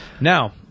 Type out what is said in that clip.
Now